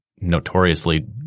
notoriously